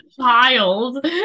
child